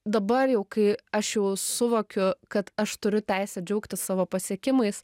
dabar jau kai aš suvokiu kad aš turiu teisę džiaugtis savo pasiekimais